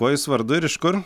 kuo jūs vardu ir iš kur